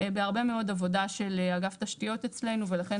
בהרבה מאוד עבודה של אגף תשתיות אצלנו ולכן